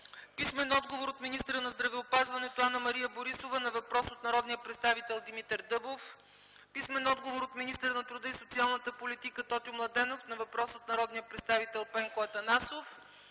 Писмен отговор от министъра на здравеопазването Анна-Мария Борисова на въпрос от народния представител Димитър Дъбов. Писмен отговор от министъра на труда и социалната политика Тотю Младенов на въпрос от народния представител Пенко Атанасов.